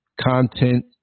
content